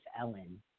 Ellen